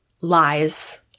lies